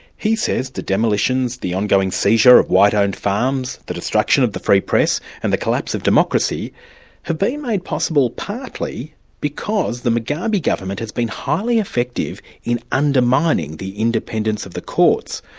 he says the demolitions, the ongoing seizure of white-owned farms, the destruction of the free press and the collapse of democracy have been made possible partly because the mugabe government has been highly effective in undermining the independence of the courts,